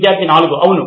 విద్యార్థి 4 అవును